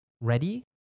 Ready